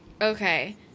Okay